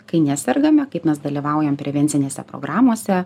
kai nesergame kaip mes dalyvaujam prevencinėse programose